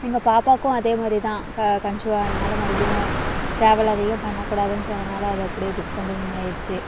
எங்கள் பாப்பாவுக்கும் அதே மாதிரி தான் க கன்சீவ் ஆனதுனால் மறுபடியும் டிராவல் அதிகம் பண்ணக்கூடாதுன்னு சொன்னதால அது அப்படியே டிஸ்கண்டினியூ ஆயிடுச்சு